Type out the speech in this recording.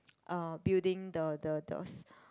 uh building the the the